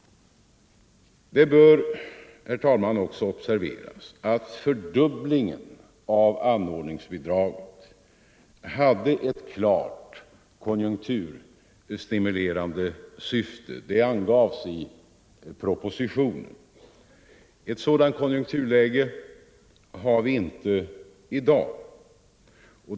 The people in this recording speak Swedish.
Det bör, herr talman, också observeras att fördubblingen av anordningsbidraget hade ett klart konjunkturstimulerande syfte; det angavs i propositionen. Ett sådant konjunkturläge har vi inte i dag.